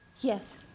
Yes